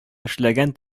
эшләгән